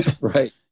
Right